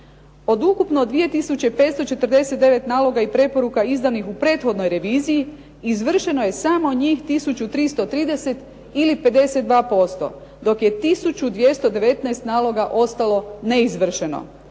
Od ukupno 2549 naloga i preporuka izdanih u prethodnoj reviziji, izvršeno je samo njih 1330 ili 52%, dok je 1219 naloga ostalo neizvršeno.